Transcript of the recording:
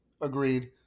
Agreed